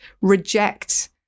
reject